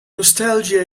nostalgia